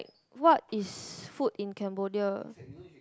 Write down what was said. what is food in Cambodia